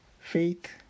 Faith